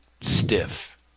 stiff